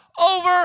over